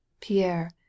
Pierre